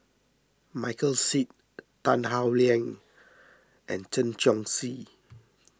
Michael Seet Tan Howe Liang and Chen Chong Swee